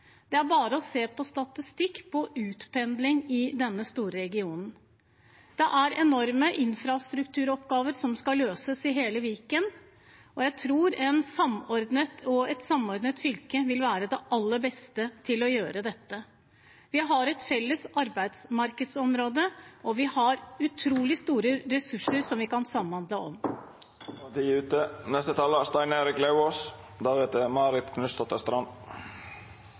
det er bare å se på statistikk over utpendling i denne store regionen. Det er enorme infrastrukturoppgaver som skal løses i hele Viken, og jeg tror et samordnet fylke vil være det aller beste for å gjøre dette. Vi har et felles arbeidsmarkedsområde, og vi har utrolig store ressurser som vi kan samhandle om. Nok en gang – jeg tror ikke engang det er